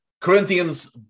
Corinthians